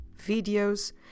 videos